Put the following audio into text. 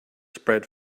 spread